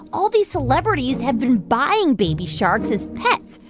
all these celebrities have been buying baby sharks as pets.